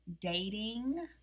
dating